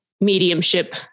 mediumship